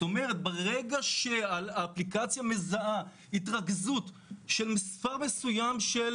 ברגע שהאפליקציה מזהה התרכזות של מספר מסוים של